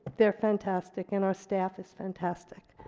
they're fantastic, and our staff is fantastic.